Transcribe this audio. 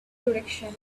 direction